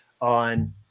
on